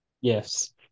Yes